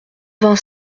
vingt